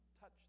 touch